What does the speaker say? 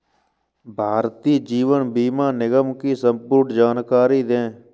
भारतीय जीवन बीमा निगम की संपूर्ण जानकारी दें?